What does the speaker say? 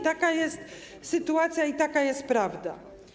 Taka jest sytuacja i taka jest prawda.